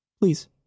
Please